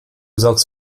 saugst